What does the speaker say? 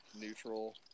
neutral